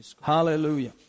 Hallelujah